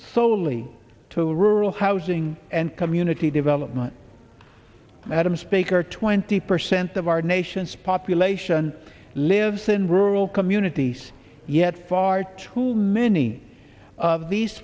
solely to rural housing and community development madam speaker twenty percent of our nation's population lives in rural communities yet far too many of these